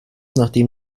nachdem